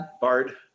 Bard